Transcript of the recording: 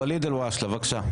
ואליד אל הואשלה, בבקשה.